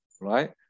right